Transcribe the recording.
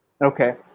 Okay